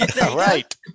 right